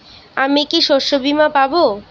আমি কি শষ্যবীমা পাব?